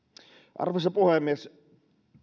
arvoisa puhemies